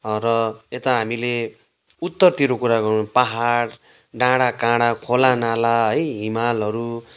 र यता हामीले उत्तरतिर कुरा गरौँ पाहाड डाँडा काँडा खोला नाला है हिमालहरू